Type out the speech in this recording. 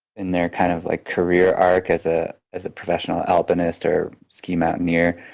in their kind of like career arc as ah as a professional alpinist or ski mountaineer,